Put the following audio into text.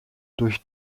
durch